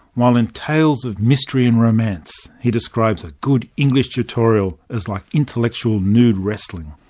while in tales of mystery and romance he describes a good english tutorial as like intellectual nude wrestling.